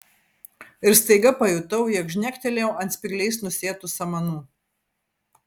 ir staiga pajutau jog žnektelėjau ant spygliais nusėtų samanų